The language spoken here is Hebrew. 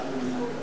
אדוני שר האוצר,